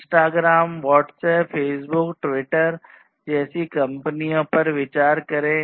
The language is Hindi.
Instagram WhatsApp Facebook Twitter जैसी कंपनियों पर विचार करें